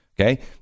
Okay